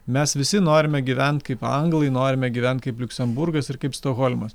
mes visi norime gyvent kaip anglai norime gyvent kaip liuksemburgas ir kaip stokholmas